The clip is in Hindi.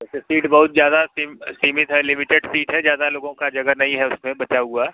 वैसे सीट बहुत ज़्यादा सिम सीमित हैं लिमिटेड सीट हैं ज़्यादा लोगों की जगह नहीं है उस में बचा हुआ